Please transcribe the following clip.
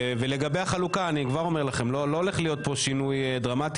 לגבי החלוקה אני כבר אומר לכם שלא הולך להיות פה שינוי דרמטי.